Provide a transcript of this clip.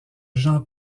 jean